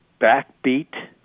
Backbeat